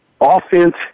offense